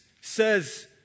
says